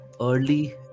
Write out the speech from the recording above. Early